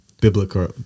biblical